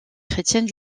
chrétienne